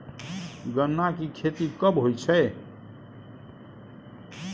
गन्ना की खेती कब होय छै?